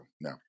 no